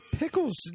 Pickles